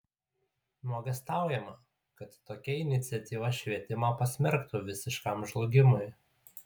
nuogąstaujama kad tokia iniciatyva švietimą pasmerktų visiškam žlugimui